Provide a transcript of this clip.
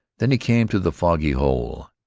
then he came to the foggy hole.